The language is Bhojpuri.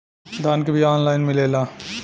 धान के बिया ऑनलाइन मिलेला?